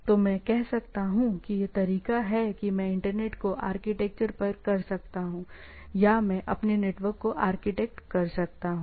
तो मैं कह सकता हूं कि यह तरीका है कि मैं इंटरनेट को आर्किटेक्ट कर सकता हूं या मैं अपने नेटवर्क को आर्किटेक्ट कर सकता हूं